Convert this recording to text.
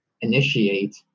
initiate